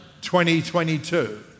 2022